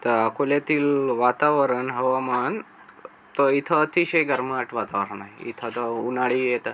तर अकोल्यातील वातावरण हवामान तर इथं अतिशय गरमाहट वातावरण आहे इथं तर उन्हाळी येतं